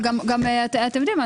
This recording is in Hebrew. גם אתם יודעים,